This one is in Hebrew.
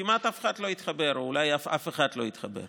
כמעט אף אחד לא התחבר, או אולי אף אחד לא התחבר.